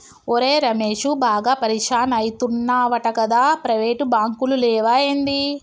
ఒరే రమేశూ, బాగా పరిషాన్ అయితున్నవటగదా, ప్రైవేటు బాంకులు లేవా ఏంది